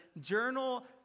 Journal